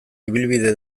ibilbide